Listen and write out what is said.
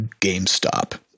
GameStop